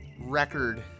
Record